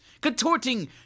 contorting